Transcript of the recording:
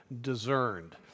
discerned